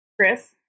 Chris